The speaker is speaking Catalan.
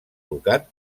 ducat